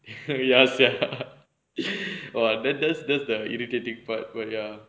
ya sia then then does the irritating part but ya